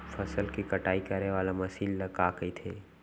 फसल की कटाई करे वाले मशीन ल का कइथे?